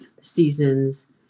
seasons